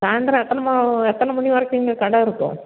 சாயந்தரம் எத்தனை எத்தனை மணி வரைக்குங்க கடை இருக்கும்